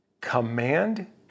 command